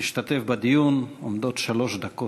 משתתף בדיון עומדות שלוש דקות.